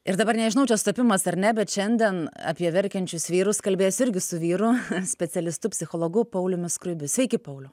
ir dabar nežinau čia sutapimas ar ne bet šiandien apie verkiančius vyrus kalbės irgi su vyru specialistu psichologu pauliumi skruibiu sveiki pauliau